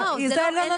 לא,